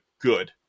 good